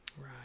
Right